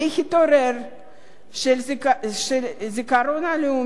של הזיכרון הלאומי ההיסטורי שלנו.